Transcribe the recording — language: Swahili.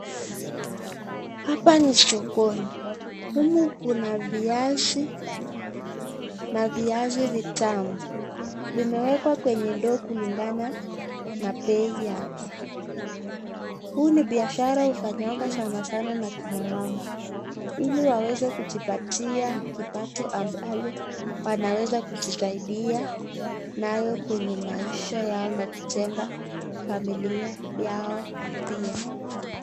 Hapa ni sokoni, humu kuna viazi na viazi vitamu. Vimewekwa kwenye ndoo kulingana na bei yake. Huu ni biashara hufanywangwa sana sana na kina mama ili waweze kujipatia kipato ambayo wanaweza kujisaidia nayo kwenye maisha yao na kujenga familia yao pia.